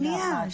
שנייה.